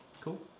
Cool